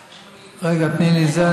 רגע, תני לי.